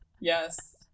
Yes